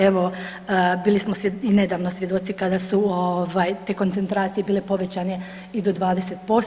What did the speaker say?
Evo bili smo i nedavno svjedoci kada su ovaj te koncentracije bile povećane i do 20%